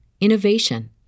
innovation